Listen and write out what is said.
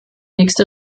nächste